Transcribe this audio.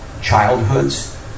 childhoods